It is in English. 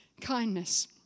kindness